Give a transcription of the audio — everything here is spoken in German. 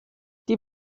die